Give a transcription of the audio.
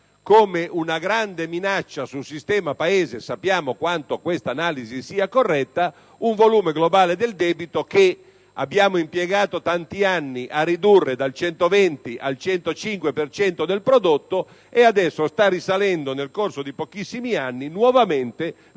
come una grande minaccia sul sistema Paese (sappiamo quanto questa analisi sia corretta), un volume globale del debito che abbiamo impiegato tanti anni a ridurre da 120 al 105 per cento del prodotto interno lordo e adesso sta risalendo, nel corso di pochissimi anni, nuovamente